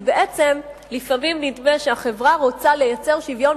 כי בעצם לפעמים נדמה שהחברה רוצה לייצר שוויון